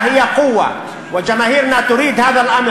אחדות היא כוח, והציבור שלנו רוצה בכך.